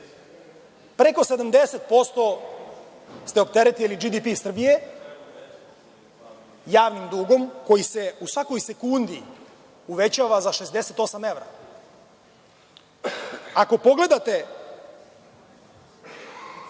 Preko 70% ste opteretili GDP Srbije javnim dugom koji se u svakoj sekundi uvećava za 68 evra. Ako pogledate